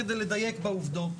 כדי לדייק בעובדות,